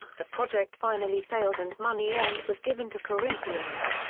the project finally failed and money earned was given to corinthians.